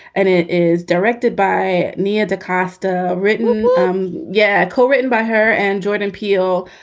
and it is directed by nia de costa, written um yeah, co-written by her and jordan peele.